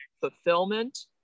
fulfillment